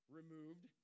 removed